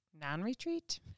non-retreat